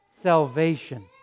salvation